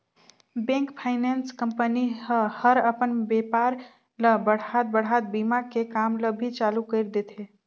bank, finance company ह हर अपन बेपार ल बढ़ात बढ़ात बीमा के काम ल भी चालू कइर देथे